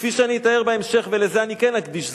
שכפי שאני אתאר בהמשך, ולזה אני כן אקדיש זמן,